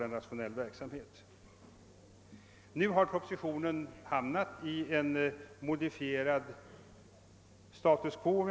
Propositionens förslag kan sägas innebära ett »modifierat status quo».